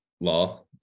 law